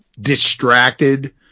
distracted